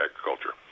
agriculture